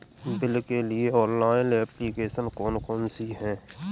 Bill के लिए online application कौन कौन सी हैं?